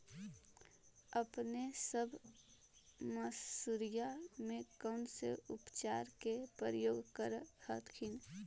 अपने सब मसुरिया मे कौन से उपचार के प्रयोग कर हखिन?